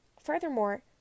Furthermore